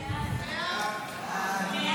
סעיף 1